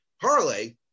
parlay